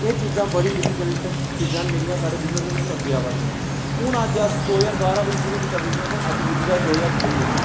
एह् चीजां बड़ी डिफिकल्ट चीजां न जेह्ड़ी साढ़े बिजनस च हून अग्गै आवा दियां हून अज्ज अस दो ज्हार बारां बिच शुरू कीता बिजनस अज्ज पुज्जी ए अस दो ज्हार त्रैइ बच